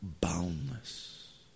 boundless